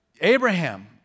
Abraham